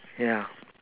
ya